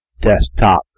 desktop